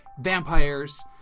vampires